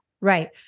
Right